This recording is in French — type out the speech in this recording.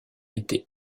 été